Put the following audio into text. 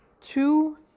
two